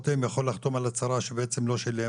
יכול לחתום על הצהרה שהוא לא שילם